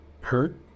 hurt